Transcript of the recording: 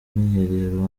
mwiherero